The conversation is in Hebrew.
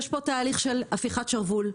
יש פה תהליך של הפיכת שרוול,